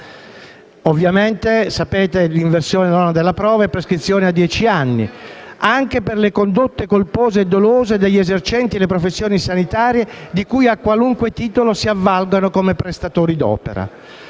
inversione dell'onere della prova e prescrizione a dieci anni) anche per le condotte colpose e dolose degli esercenti le professioni sanitarie di cui a qualunque titolo si avvalgono come prestatori d'opera.